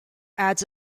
adds